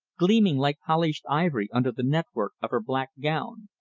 gleaming like polished ivory under the network of her black gown,